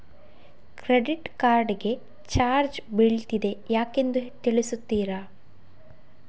Credit card ಗೆ charge ಬೀಳ್ತಿದೆ ಯಾಕೆಂದು ತಿಳಿಸುತ್ತೀರಾ?